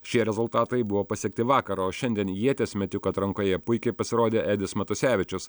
šie rezultatai buvo pasiekti vakar o šiandien ieties metikų atrankoje puikiai pasirodė edis matusevičius